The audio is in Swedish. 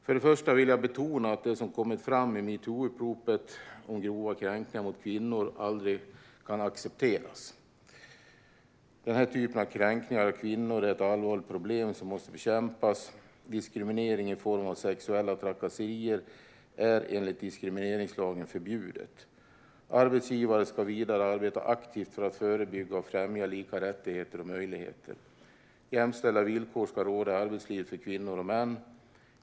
För det första vill jag betona att det som kommit fram i metoo-uppropet om grova kränkningar mot kvinnor aldrig kan accepteras. Den här typen av kränkningar av kvinnor är ett allvarligt problem som måste bekämpas. Diskriminering i form av sexuella trakasserier är enligt diskrimineringslagen förbjudet. Arbetsgivare ska vidare arbeta aktivt för att främja lika rättigheter och möjligheter. Jämställda villkor ska råda i arbetslivet för kvinnor och män.